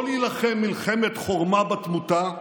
לא להילחם מלחמת חורמה בתמותה,